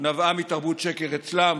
נבעה מתרבות שקר אצלם